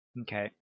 Okay